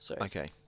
Okay